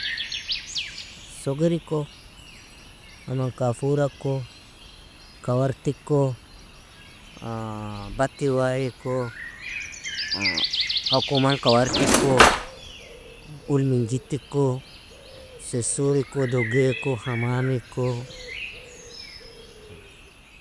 Sogiriko, amanka furako, kawartiko, bati wayiko, hakuman kawartiko, ulmin jitiko, sesuriko, dogaeko, hamamiko.